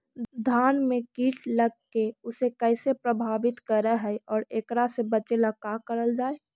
धान में कीट लगके उसे कैसे प्रभावित कर हई और एकरा से बचेला का करल जाए?